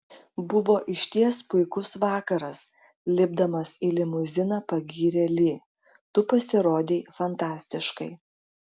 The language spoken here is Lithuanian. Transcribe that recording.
buvo išties puikus vakaras lipdamas į limuziną pagyrė li tu pasirodei fantastiškai